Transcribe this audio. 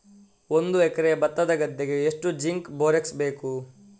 ಒಂದು ಎಕರೆ ಭತ್ತದ ಗದ್ದೆಗೆ ಎಷ್ಟು ಜಿಂಕ್ ಬೋರೆಕ್ಸ್ ಬೇಕು?